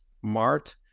smart